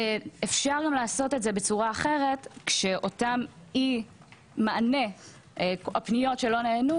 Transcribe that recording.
אפשר גם לעשות את זה בצורה אחרת כשאותן פניות שלא נענו